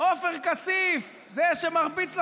ועופר כסיף, זה שמרביץ לשוטרים,